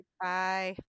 Bye